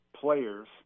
players